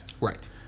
Right